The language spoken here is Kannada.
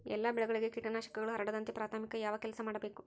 ಎಲ್ಲ ಬೆಳೆಗಳಿಗೆ ಕೇಟನಾಶಕಗಳು ಹರಡದಂತೆ ಪ್ರಾಥಮಿಕ ಯಾವ ಕೆಲಸ ಮಾಡಬೇಕು?